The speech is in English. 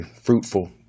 fruitful